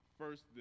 first